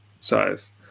size